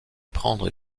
prendre